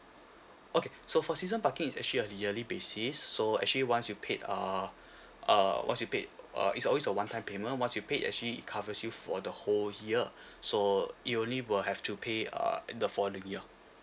okay so for season parking is actually a yearly basis so actually once you paid uh uh once you paid uh it's always a one time payment once you paid it actually covers you for the whole year so it only will have to pay err in the following year